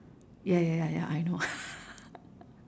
ya ya ya ya I know